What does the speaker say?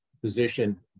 position